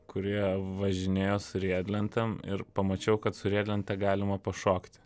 kurie važinėjo su riedlentėm ir pamačiau kad su riedlente galima pašokti